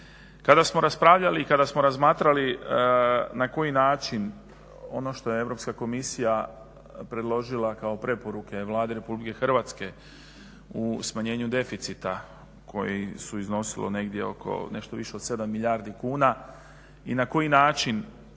Kada smo raspravljali i kada smo razmatrali na koji način ono što je Europska komisija predložila kao preporuke Vladi RH u smanjenju deficita koji su iznosili negdje oko nešto više od 7 milijardi kuna i na koji način